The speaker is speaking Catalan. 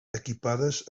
equipades